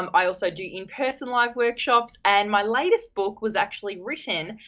um i also do in-person live workshops and my latest book was actually written,